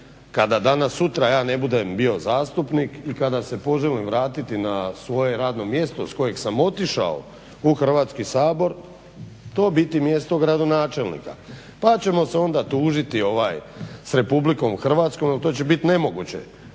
kada danas sutra ja ne budem bio zastupnik i kada se poželim vratiti na svoje radno mjesto s kojeg sam otišao u Hrvatski sabor to biti mjesto gradonačelnika. Pa ćemo se onda tužiti s RH jer to će biti nemoguće,